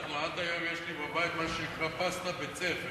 עד היום יש לי בבית מה שנקרא "פסטה בית-ספר",